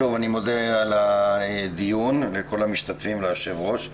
שוב אני מודה על הדיון לכל המשתתפים וליושב-ראש.